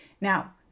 Now